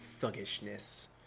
thuggishness